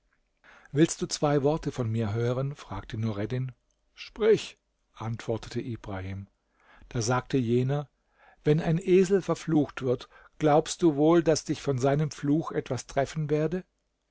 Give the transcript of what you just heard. willst du zwei worte von mir hören fragte nureddin sprich antwortete ibrahim da sagte jener wenn ein esel verflucht wird glaubst du wohl daß dich von seinem fluch etwas treffen werde